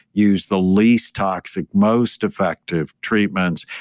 use the least toxic most effective treatments.